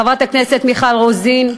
חברת הכנסת מיכל רוזין.